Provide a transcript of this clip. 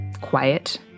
quiet